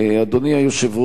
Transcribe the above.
אדוני היושב-ראש,